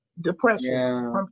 depression